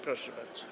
Proszę bardzo.